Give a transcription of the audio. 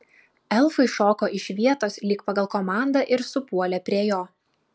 elfai šoko iš vietos lyg pagal komandą ir supuolė prie jo